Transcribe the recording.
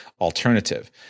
alternative